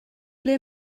ble